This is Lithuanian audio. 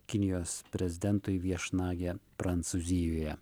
kinijos prezidentui viešnagę prancūzijoje